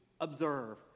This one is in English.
Observe